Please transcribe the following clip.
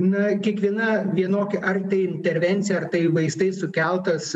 na kiekviena vienokia ar tai intervencija ar tai vaistais sukeltas